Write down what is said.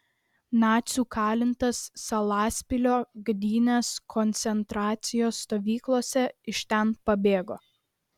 nacių kalintas salaspilio gdynės koncentracijos stovyklose iš ten pabėgo